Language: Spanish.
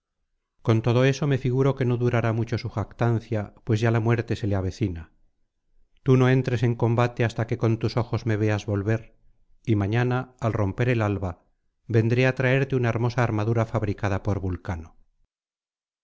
con todo eso me figuro que no durará mucho su jactancia pues ya la muerte se le avecina tú no entres en combate hasta que con tus ojos me veas volver y mañana al romper el alba vendré á traerte una hermosa armadura fabricada por vulcano